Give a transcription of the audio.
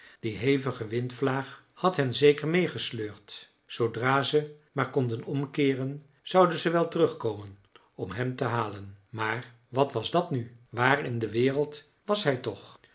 die hevige windvlaag had hen zeker meêgesleurd zoodra ze maar konden omkeeren zouden ze wel terugkomen om hem te halen maar wat was dat nu waar in de wereld was hij toch